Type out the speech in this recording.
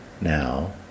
now